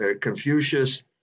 Confucius